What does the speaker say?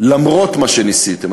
למרות מה שניסיתם.